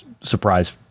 surprise